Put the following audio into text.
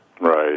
Right